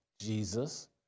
Jesus